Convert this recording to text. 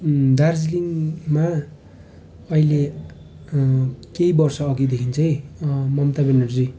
दार्जिलिङमा अहिले केही वर्ष अघिदेखि चाहिँ ममता ब्यानर्जी